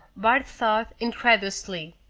bart thought, incredulously,